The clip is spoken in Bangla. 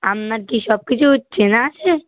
আপনার কি সবকিছু চেনা আছে